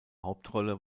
hauptrolle